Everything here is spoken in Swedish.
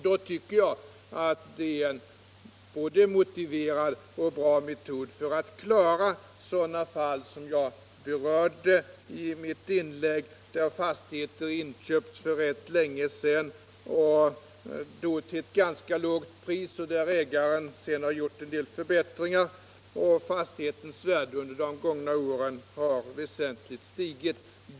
Det är en både motiverad och bra metod för att klara sådana fall som jag berörde i mitt inlägg: En fastighet har inköpts för rätt länge sedan, då till ett ganska lågt pris, och ägaren har gjort en del förbättringar. Fastighetens värde har under de gångna åren väsentligt stigit.